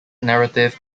narrative